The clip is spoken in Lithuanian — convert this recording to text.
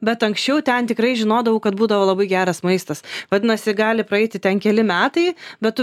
bet anksčiau ten tikrai žinodavau kad būdavo labai geras maistas vadinasi gali praeiti ten keli metai bet tu